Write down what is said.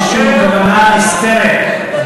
אין שום כוונה נסתרת.